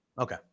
Okay